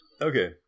Okay